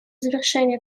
завершения